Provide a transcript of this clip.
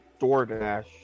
DoorDash